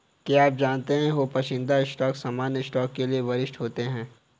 क्या आप जानते हो पसंदीदा स्टॉक सामान्य स्टॉक के लिए वरिष्ठ होते हैं?